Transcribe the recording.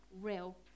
real